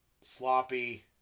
sloppy